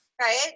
right